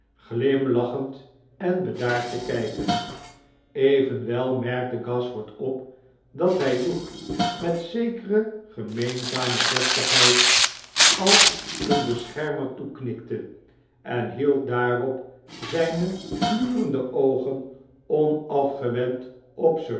glimlachend en bedaard te kijken evenwel merkte gashford op dat hij hugh met zekere gemeenzame deftigheid als een beschermer toeknikte en hield daarop zijne glurende oogen onafgewend op